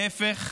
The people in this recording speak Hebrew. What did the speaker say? להפך,